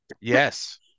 Yes